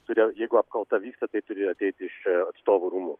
todėl jeigu apkalta vyksta tai turi ateiti iš atstovų rūmų